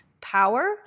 power